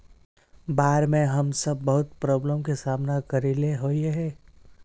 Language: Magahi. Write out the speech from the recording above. बाढ में हम सब बहुत प्रॉब्लम के सामना करे ले होय है?